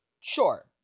Sure